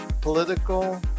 political